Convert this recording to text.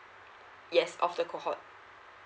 yes of the cohort